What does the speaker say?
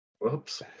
whoops